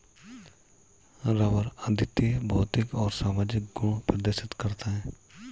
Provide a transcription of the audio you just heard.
rubber अद्वितीय भौतिक और रासायनिक गुण प्रदर्शित करता है